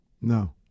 No